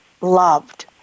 loved